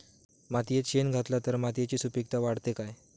मातयेत शेण घातला तर मातयेची सुपीकता वाढते काय?